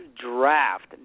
draft